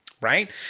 right